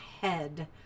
head